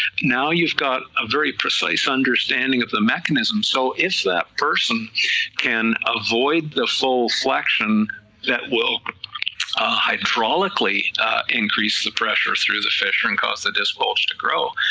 now you've got a very precise understanding of the mechanism, so if that person can avoid the full flexion that will hydraulically increase the pressure through the fissure and cause the disc bulge to grow,